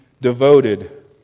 devoted